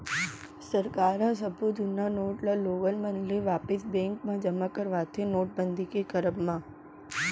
सरकार ह सब्बो जुन्ना नोट ल लोगन मन ले वापिस बेंक म जमा करवाथे नोटबंदी के करब म